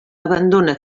abandona